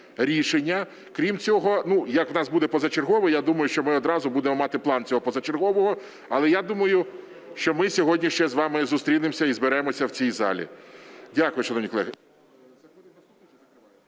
Крім цього, як в нас буде позачергове, я думаю, що ми одразу будемо мати план цього позачергового. Але я думаю, що ми сьогодні ще з вами зустрінемося і зберемося в цій залі. Дякую, шановні колеги.